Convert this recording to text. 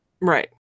Right